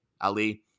Ali